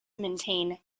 maintain